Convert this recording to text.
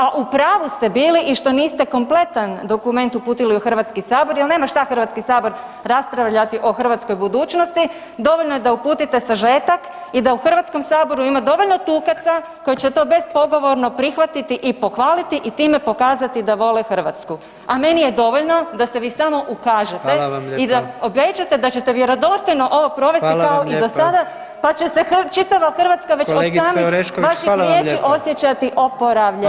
Ali u pravu ste bili i što niste kompletan dokument uputili u Hrvatski sabor jer nema šta Hrvatski sabor raspravljati o hrvatskoj budućnosti, dovoljno je da uputite sažetak i da u Hrvatskom saboru ima dovoljno tukaca koji će to bespogovorno prihvatiti i pohvaliti i time pokazati da vole Hrvatsku a meni je dovoljno da se vi samo ukažete [[Upadica predsjednik: Hvala vam lijepa.]] i da obećate da ćete vjerodostojno ovo provesti kao i [[Upadica predsjednik: Hvala vam lijepo.]] dosada pa će se čitava Hrvatska već od samih vaših [[Upadica predsjednik: Kolegice Orešković, hvala vam lijepa.]] riječi osjećati oporavljena.